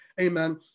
Amen